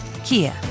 Kia